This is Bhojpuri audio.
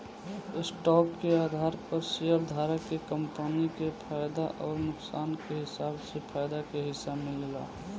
स्टॉक के आधार पर शेयरधारक के कंपनी के फायदा अउर नुकसान के हिसाब से फायदा के हिस्सा मिलेला